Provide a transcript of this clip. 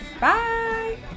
Bye